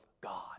God